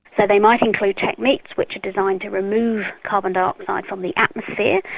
so they might include techniques which are designed to remove carbon dioxide from the atmosphere,